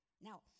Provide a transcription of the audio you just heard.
now